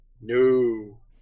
No